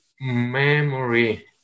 memory